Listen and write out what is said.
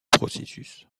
processus